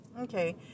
Okay